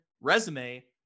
resume